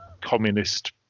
communist